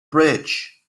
bridge